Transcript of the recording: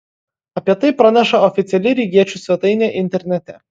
apie tai praneša oficiali rygiečių svetainė internete